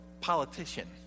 politician